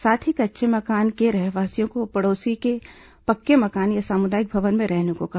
साथ ही कच्चे मकान के रहवासियों को पड़ोसी के पक्के मकान या सामुदायिक भवन में रहने को कहा